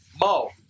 Mo